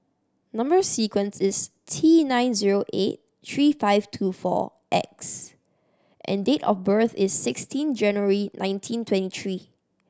number sequence is T nine zero eight three five two four X and date of birth is sixteen January nineteen twenty three